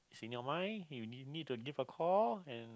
in your mind you need need to give a call and